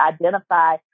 identify